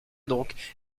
donc